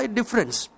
difference